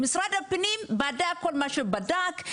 משרד הפנים בדק כל מה שבדק,